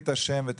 הבטיחות.